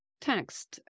text